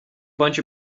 bunch